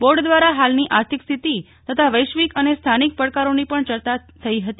board દ્વારા હાલની આર્થિક સ્થિતિ તથા વૈશ્વિક અને સ્થાનિક પડકારોની પણ ચર્ચા થઇ હતી